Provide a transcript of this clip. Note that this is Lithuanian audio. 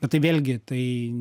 bet tai vėlgi tai